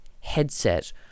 headset